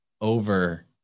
over